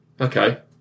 Okay